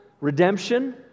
redemption